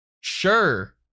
sure